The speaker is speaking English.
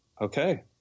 okay